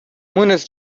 مونس